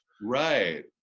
Right